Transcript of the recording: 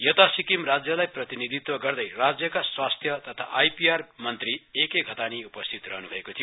यता सिक्किम राज्यलाई प्रतिनिधित्व गर्दै राज्यका स्वास्थ्य तथा आईपीआर मन्त्री ए के घतानी उपस्थित रहन् भएको थियो